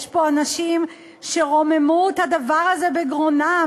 ויש פה אנשים שרוממו את הדבר הזה בגרונם,